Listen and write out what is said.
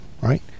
right